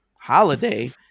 holiday